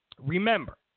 remember